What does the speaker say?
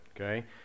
okay